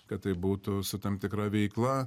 kad tai būtų su tam tikra veikla